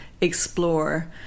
explore